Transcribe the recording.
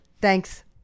Thanks